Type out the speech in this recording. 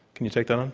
can you take that on?